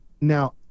Now